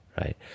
right